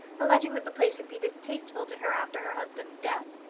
alleging that the place would be distasteful to her after her husband's death.